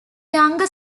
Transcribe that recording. younger